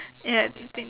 ya I think